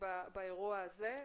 באירוע הזה.